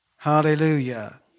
Hallelujah